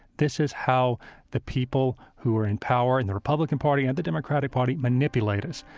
this is how the people who are in power in the republican party and the democratic party manipulate us,